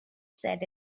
said